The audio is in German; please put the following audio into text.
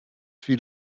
viel